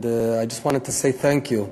and I just wanted to say thank you.